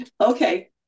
Okay